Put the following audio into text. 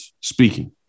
speaking